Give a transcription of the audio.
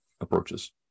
approaches